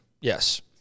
Yes